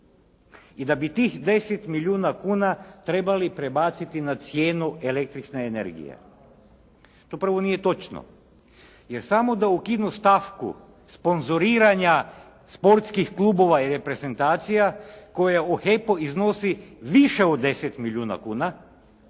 i da bi tih 10 milijuna kuna trebali prebaciti na cijenu električne energije. To prvo nije točno, jer samo da ukinu stavku sponzoriranja sportskih klubova i reprezentacija koje u HEP-u iznosi više od 10 milijona kuna,